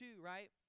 right